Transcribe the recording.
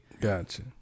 Gotcha